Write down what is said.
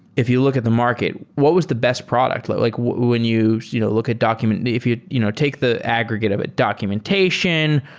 if you look at the market, what was the best product? like like when you you know look at document if you you know take the aggregate of the documentation,